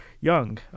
young